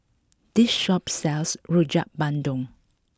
this shop sells Rojak Bandung